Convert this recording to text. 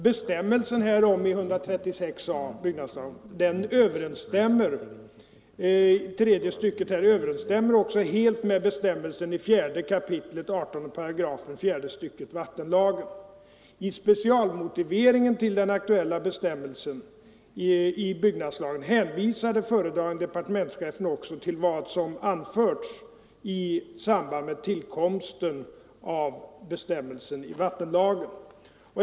Bestämmelsen härom i 136 a § tredje stycket byggnadslagen överensstämmer också helt med bestämmelsen i 4 kap. 18 § fjärde stycket vattenlagen. I specialmotiveringen till den aktuella bestämmelsen i byggnadslagen hänvisade föredragande departementschef till vad som anförts i samband med tillkomsten av bestämmelsen i vattenlagen.